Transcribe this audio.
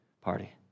party